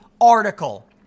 article